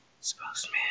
spokesman